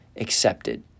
accepted